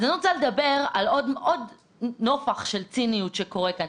אז אני רוצה לדבר על עוד נופך של ציניות שקורה כאן.